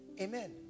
Amen